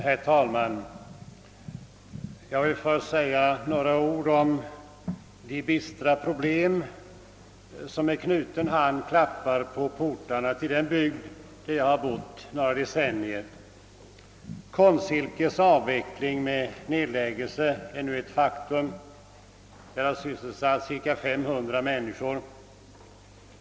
Herr talman! Jag vill först säga några ord om de bistra problem som med knuten hand klappar på portarna till den bygd där jag bott under några decennier. Konstsilkes avveckling eller nedläggelse är nu ett faktum. Man kan bara djupt beklaga detta. Fabriken har sysselsatt cirka 500 människor.